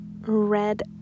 red